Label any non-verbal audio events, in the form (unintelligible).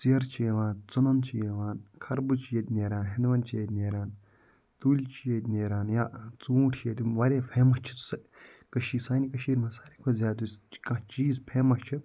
ژیرٕ چھِ یِوان ژُنَن چھِ یِوان خَربٕز چھِ ییٚتہِ نیران ہٮ۪نٛد وٮ۪نٛد چھِ ییٚتہِ نیران تُلۍ چھِ ییٚتہِ نیران یا ژوٗنٛٹھۍ چھِ ییٚتہِ واریاہ فیمَس چھِ سۄ (unintelligible) سانہِ کٔشیٖرِ منٛز ساروی کھۄتہٕ زیادٕ یُس (unintelligible) کانٛہہ چیٖز فیمَس چھِ